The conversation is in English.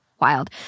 wild